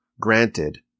granted